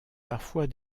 parfois